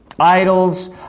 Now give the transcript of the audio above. Idols